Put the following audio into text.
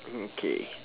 mm K